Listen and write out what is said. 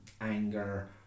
anger